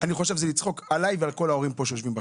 אני חושב שזה לצחוק עלי ועל כל ההורים שיושבים פה בחדר.